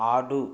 ఆడు